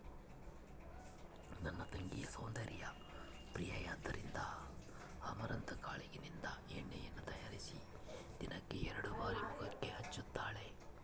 ನನ್ನ ತಂಗಿ ಸೌಂದರ್ಯ ಪ್ರಿಯೆಯಾದ್ದರಿಂದ ಅಮರಂತ್ ಕಾಳಿನಿಂದ ಎಣ್ಣೆಯನ್ನು ತಯಾರಿಸಿ ದಿನಕ್ಕೆ ಎರಡು ಬಾರಿ ಮುಖಕ್ಕೆ ಹಚ್ಚುತ್ತಾಳೆ